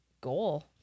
goal